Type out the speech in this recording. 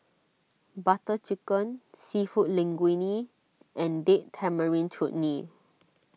Butter Chicken Seafood Linguine and Date Tamarind Chutney